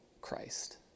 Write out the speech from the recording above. Christ